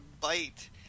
Bite